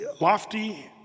lofty